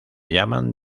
llaman